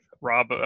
Rob